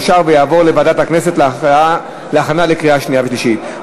אושרה ותעבור לוועדת הכנסת להכנה לקריאה שנייה ושלישית.